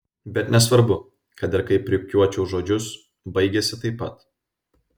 bet nesvarbu kad ir kaip rikiuočiau žodžius baigiasi taip pat